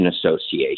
Association